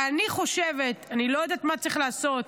אני חושבת, אני לא יודעת מה צריך לעשות,